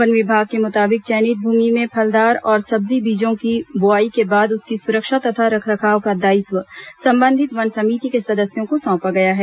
one विभाग के मुताबिक चयनित भूमि में फलदार और सब्जी बीजों की बोआई के बाद उसकी सुरक्षा तथा रखरखाव का दायित्व संबंधित वन समिति के सदस्यों को सौंपा गया है